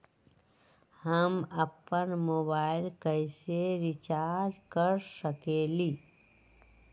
हम अपन मोबाइल कैसे रिचार्ज कर सकेली?